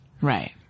Right